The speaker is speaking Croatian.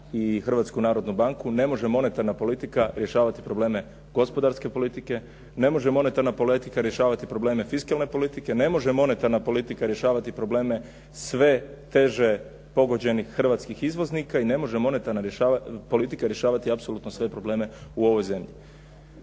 i Hrvatsku narodnu banku ne može monetarna politika rješavati probleme gospodarske politike, ne može monetarna politika rješavati probleme fiskalne politike, ne može monetarna politika rješavati probleme sve teže pogođenih hrvatskih izvoznika i ne može monetarna politika rješavati apsolutno sve probleme u ovoj zemlji.